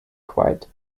quiet